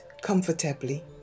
comfortably